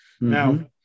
Now